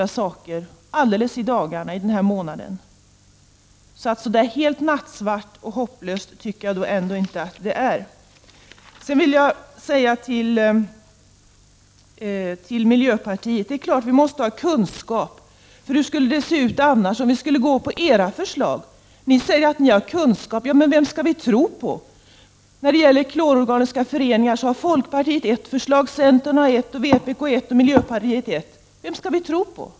1989/90:36 andra saker, alldeles i dagarna. Så helt nattsvart och hopplöst tycker jag 30 november 1990 ändå inte att läget är. RR Till miljöpartiet vill jag säga: Vi måste naturligtvis ha kunskap. Hur skulle det annars se ut om vi skulle följa era förslag? Ni säger att ni har kunskap. Men vem skall vi tro på? När det gäller klororganiska föreningar har folkpartiet ett förslag, centern ett annat, vpk ett och miljöpartiet ett. Vem skall vi tro på?